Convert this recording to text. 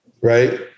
right